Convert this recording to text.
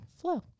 flow